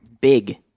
big